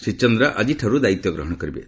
ଶ୍ରୀ ଚନ୍ଦ୍ର ଆଜିଠାରୁ ଦାୟିତ୍ୱ ଗ୍ରହଣ କରିବେ